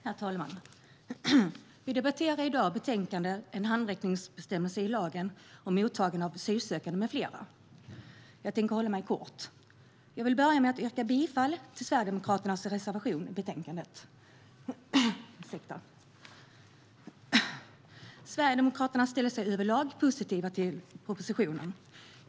Herr talman! Vi debatterar i dag betänkandet En handräckningsbestämmelse i lagen om mottagande av asylsökande m.fl. Jag tänker hålla mig kort. Jag börjar med att yrka bifall till Sverigedemokraternas reservation 2 i betänkandet. Sverigedemokraterna ställer sig överlag positiva till propositionen.